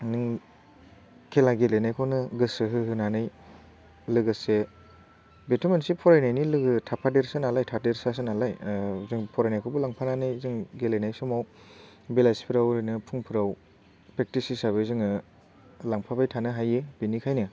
नों खेला गेलेनायखौनो गोसो होहोनानै लोगोसे बेथ' मोनसे फरायनायनि लोगो थाफादेरसो नालाय थादेरसासो नालाय जों फरायनायखौबो लांफानानै जों गेलेनाय समाव बेलासिफोराव ओरैनो फुंफोराव प्रेकटिस हिसाबै जोङो लांफाबाय थांनो हायो बिनिखायनो